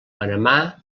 panamà